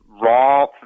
raw